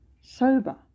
sober